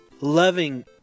loving